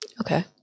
Okay